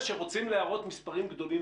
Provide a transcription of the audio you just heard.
שום דבר ומטרתו להראות שהוקצו מספרים גדולים,